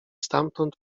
stamtąd